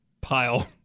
pile